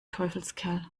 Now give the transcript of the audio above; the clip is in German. teufelskerl